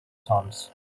sums